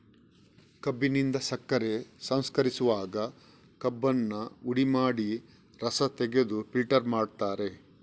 ಕಬ್ಬಿನಿಂದ ಸಕ್ಕರೆ ಸಂಸ್ಕರಿಸುವಾಗ ಕಬ್ಬನ್ನ ಹುಡಿ ಮಾಡಿ ರಸ ತೆಗೆದು ಫಿಲ್ಟರ್ ಮಾಡ್ತಾರೆ